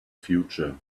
future